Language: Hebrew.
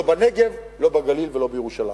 לא בנגב, לא בגליל ולא בירושלים.